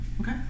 Okay